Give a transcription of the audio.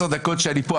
בעשר הדקות שאני פה,